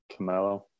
Camelo